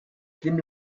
dem